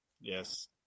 Yes